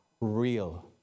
real